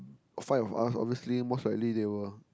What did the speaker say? five of us obviously most likely they will